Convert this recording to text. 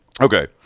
Okay